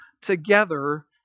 together